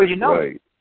right